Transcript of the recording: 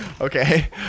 okay